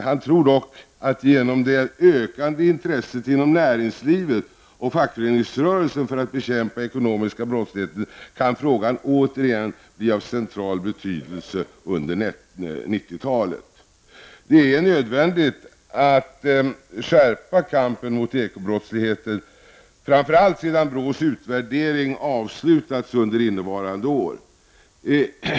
Han tror dock att genom det ökade intresset inom näringslivet och fackföreningsrörelsen för att bekämpa den ekonomiska brottsligheten kan frågan återigen bli av central betydelse under 90-talet. Det är nödvändigt att skärpa kampen mot ekobrottsligheten, framför allt sedan BRÅs utvärdering avslutats under innevarande år.